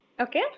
okay